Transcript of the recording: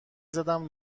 زدم